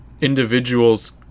individuals